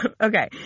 Okay